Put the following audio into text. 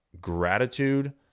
gratitude